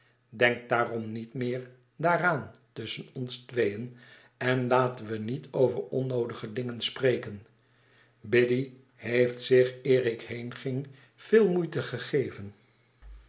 denk daarom niet meer daaraan tusschen ons tweeen en laten we niet over onnoodige dingen spreken biddy heeft zich eer ik heenging veel moeite gegeven